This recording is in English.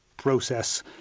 process